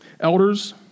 Elders